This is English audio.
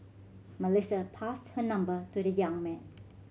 Melissa passed her number to the young man